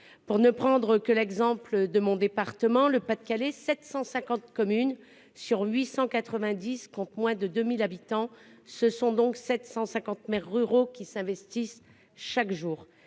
vie de leur village. Dans mon département, le Pas-de-Calais, 750 communes sur 890 comptent moins de 2 000 habitants. Ce sont donc 750 maires ruraux qui s'investissent chaque jour.